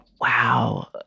wow